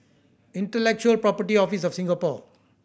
Intellectual Property Office of Singapore